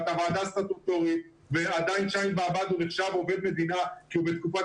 אתה ועדה סטטוטורית ועדיין שי באבד נחשב עובד מדינה כי הוא בתקופת